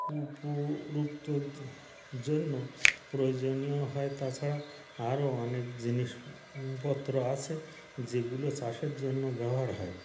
উপরুক্ত জন্য প্রয়োজনীয় হয় তাছাড়া আরও অনেক জিনিস পত্র আছে যেগুলো চাষের জন্য ব্যবহার হয়